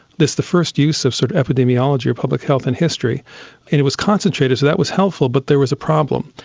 the first use of sort of epidemiology of public health in history. and it was concentrated. so that was helpful but there was a problem,